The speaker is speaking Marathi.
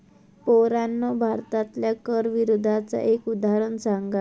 पोरांनो भारतातल्या कर विरोधाचा एक उदाहरण सांगा